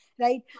right